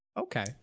Okay